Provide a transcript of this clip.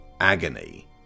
agony